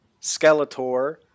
Skeletor